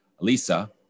Lisa